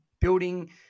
building